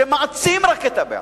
שזה רק מעצים את הבעיה